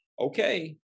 okay